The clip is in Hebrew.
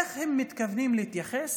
איך הם מתכוונים להתייחס